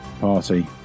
party